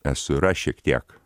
esu ir aš šiek tiek